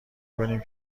کنیم